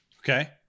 Okay